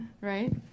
right